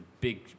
big